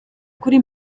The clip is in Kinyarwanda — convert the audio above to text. kuri